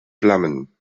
flammen